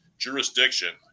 jurisdiction